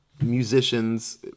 musicians